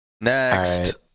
Next